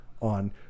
on